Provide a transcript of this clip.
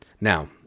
Now